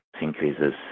increases